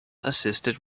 assisted